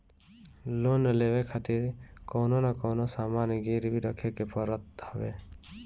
loan लेवे खातिर कवनो न कवनो सामान गिरवी रखे के पड़त हवे